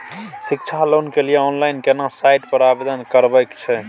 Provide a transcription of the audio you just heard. शिक्षा लोन के लिए ऑनलाइन केना साइट पर आवेदन करबैक छै?